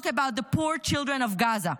about "the poor children of Gaza".